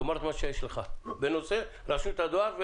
תאמר את מה שיש לך בנושא רשות הדואר,